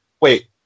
wait